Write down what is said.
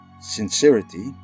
Sincerity